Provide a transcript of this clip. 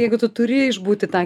jeigu tu turi išbūti tą